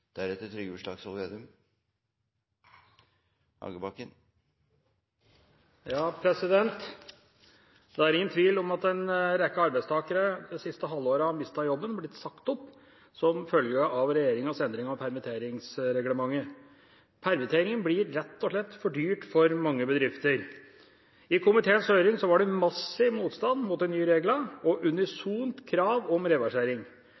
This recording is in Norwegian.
ingen tvil om at en rekke arbeidstakere det siste halvåret har mistet jobben, har blitt sagt opp som følge av regjeringas endring av permitteringsreglementet. Permittering blir rett og slett for dyrt for mange bedrifter. I komiteens høring var det massiv motstand mot de nye reglene og et unisont krav om reversering.